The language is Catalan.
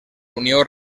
unió